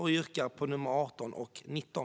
Jag yrkar bifall till reservationerna 18 och 19.